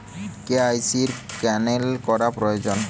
KYC cancel করা প্রয়োজন?